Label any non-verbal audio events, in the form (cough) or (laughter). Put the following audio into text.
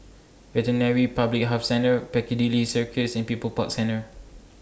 (unintelligible) Public Health Centre Piccadilly Circus and People's Park Centre